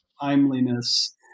timeliness